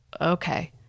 okay